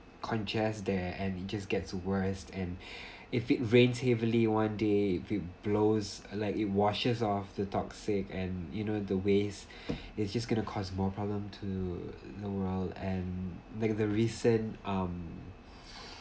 congest there and it just gets worse and if it rains heavily one day it blows like it washes off the toxic and you know the wastes it's just gonna cause more problem to the world and that the recent um